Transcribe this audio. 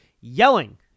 yelling